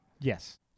Yes